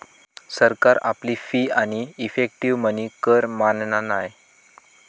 सरकार आपली फी आणि इफेक्टीव मनी कर मानना नाय